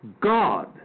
God